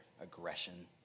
aggression